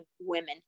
women